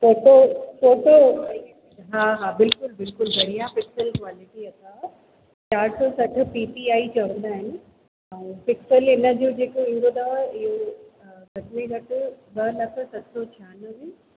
photo photo हा हा बिल्कुलु बिल्कुलु बढ़िया पिक्सल क्वालिटी अथव चारि सौ सठ पी सी आई चवंदा आहिनि ऐं पिक्सल इनजो जेको ईंदो अथव इहो घट में घटि ॿ लख सत सौ छहानवे